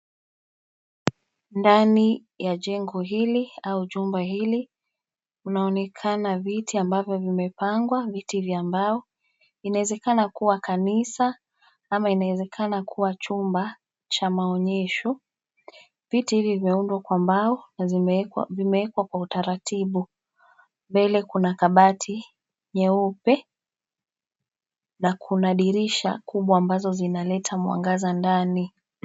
Ndani ya jengo hili au jumba hili, mnaonekana viti ambavyo vimepangwa viti vya mbao, inawezekana kuwa kanisa, ama inaezekana kuwa chumba, cha maonyesho. Viti hivi vimeundwa kwa mbao na vimeekwa kwa utaratibu. Mbele kuna kabati, nyeupe, na kuna dirisha kubwa ambazo zinaleta mwangaza ndani.